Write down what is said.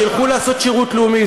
שילכו לעשות שירות לאומי.